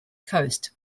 coast